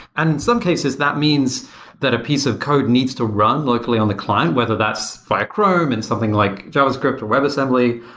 and some cases, that means that a piece of code needs to run locally on the client, whether that's via chrome and something like javascript, or webassembly,